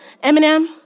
Eminem